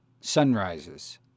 sunrises